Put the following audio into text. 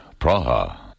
Praha